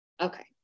Okay